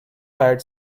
had